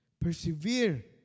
persevere